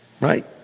right